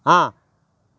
ஆ